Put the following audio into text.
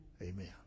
amen